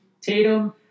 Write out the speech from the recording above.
Tatum